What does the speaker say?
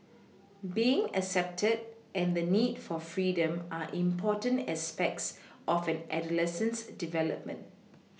being accepted and the need for freedom are important aspects of an adolescent's development